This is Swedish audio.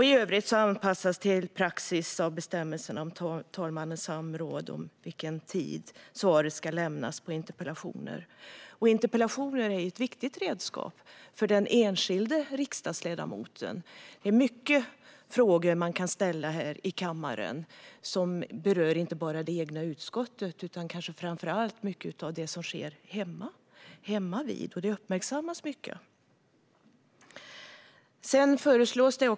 I övrigt anpassas bestämmelserna för talmannens samråd om vilken tid interpellationssvar ska lämnas till praxis. Interpellationer är ett viktigt redskap för den enskilda riksdagsledamoten. Man kan ställa många frågor i kammaren som berör inte bara det egna utskottet utan kanske framför allt mycket av det som sker hemmavid. Detta uppmärksammas mycket.